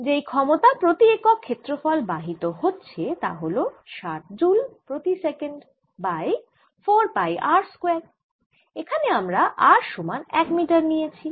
যেই ক্ষমতা প্রতি একক ক্ষেত্রফল বাহিত হচ্ছে তা হল ষাট জ্যুল প্রতি second by four pi r square এখানে আমরা r সমান এক মিটার নিয়েছি